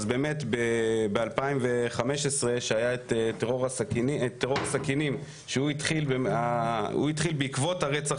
אז באמת ב-2015 שהיה את "טרור סכינים" שהוא התחיל בעקבות הרצח